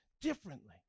differently